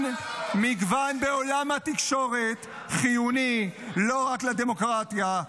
בעולם התקשורת חיוני לא רק לדמוקרטיה,